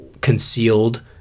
concealed